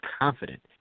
confident